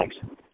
thanks